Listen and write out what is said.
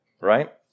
right